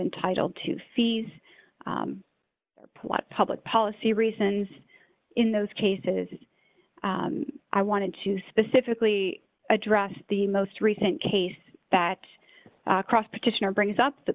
entitled to fees or plot public policy reasons in those cases i wanted to specifically address the most recent case that across petitioner brings up the